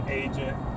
agent